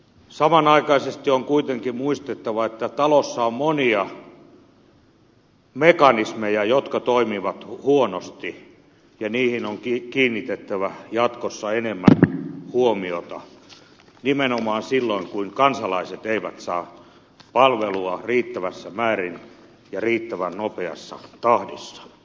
samanaikaisesti on kuitenkin muistettava että talossa on monia mekanismeja jotka toimivat huonosti ja niihin on kiinnitettävä jatkossa enemmän huomiota nimenomaan silloin kun kansalaiset eivät saa palvelua riittävässä määrin ja riittävän nopeassa tahdissa